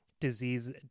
disease